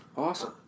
Awesome